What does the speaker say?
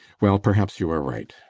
well, perhaps you are right.